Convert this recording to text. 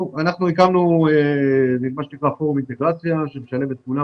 אנחנו הקמנו פורום אינטגרציה שמשלב את כולם,